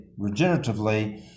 regeneratively